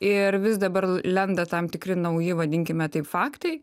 ir vis dabar lenda tam tikri nauji vadinkime tai faktai